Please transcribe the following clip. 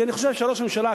כי אני חושב שראש הממשלה,